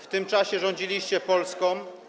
W tym czasie rządziliście Polską.